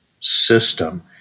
system